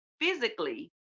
physically